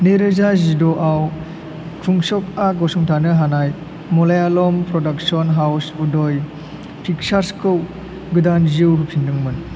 नै रोजा जिद'आव कुंचकआ गसंथानो हानाय मलायालम प्रदाक्सन हाउस उदय पिक्सार्सखौ गोदान जीउ होफिनदोंमोन